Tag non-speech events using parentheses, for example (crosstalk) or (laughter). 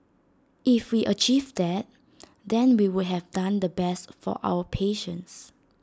if we achieve that (noise) then we would have done the best for our patients